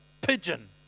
pigeon